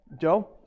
Joe